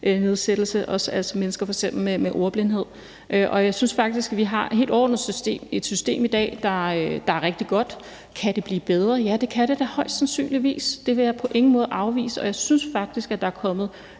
funktionsnedsættelse, f.eks. være mennesker med ordblindhed. Jeg synes faktisk, vi helt overordnet har et system i dag, der er rigtig godt. Kan det blive bedre? Ja, det kan det da sandsynligvis. Det vil jeg på ingen måde afvise, og jeg synes faktisk, at der er kommet